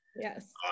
Yes